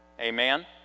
Amen